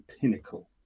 pinnacle